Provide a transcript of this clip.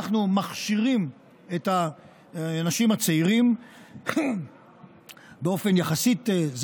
אנחנו מכשירים את האנשים הצעירים באופן זריז יחסית,